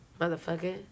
Motherfucker